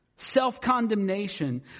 self-condemnation